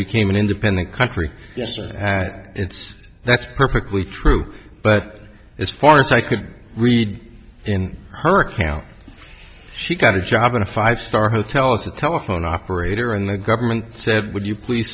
became an independent country yes it's that's perfectly true but as far as i could read in her account she got a job at a five star hotel as a telephone operator and the government said would you please